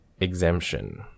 Exemption